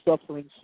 suffering